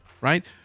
Right